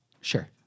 Sure